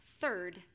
third